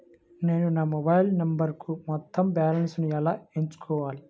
నేను నా మొబైల్ నంబరుకు మొత్తం బాలన్స్ ను ఎలా ఎక్కించుకోవాలి?